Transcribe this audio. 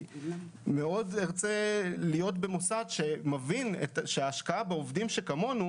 ארצה להיות במוסד שמבין שההשקעה בעובדים שכמונו